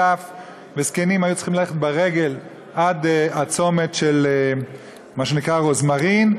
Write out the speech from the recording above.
טף וזקנים היו צריכים ללכת ברגל עד הצומת של מה שנקרא רוזמרין,